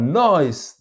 nice